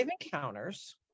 Encounters